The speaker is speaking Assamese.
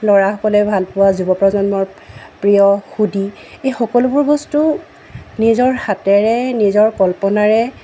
ল'ৰাসকলে ভালপোৱা যুৱ প্ৰজন্মৰ প্ৰিয় হুডী এই সকলোবোৰ বস্তু নিজৰ হাতেৰে নিজৰ কল্পনাৰে